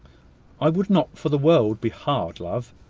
i would not for the world be hard, love.